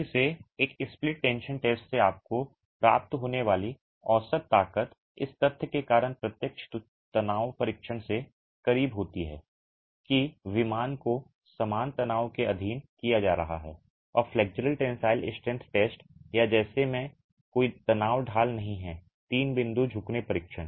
फिर से एक स्प्लिट टेंशन टेस्ट से आपको प्राप्त होने वाली औसत ताकत इस तथ्य के कारण प्रत्यक्ष तनाव परीक्षण के करीब होती है कि विमान को समान तनाव के अधीन किया जा रहा है और फ्लेक्सुरल टेंसिल स्ट्रेंथ टेस्ट या जैसे में कोई तनाव ढाल नहीं है तीन बिंदु झुकने परीक्षण